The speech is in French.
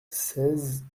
seize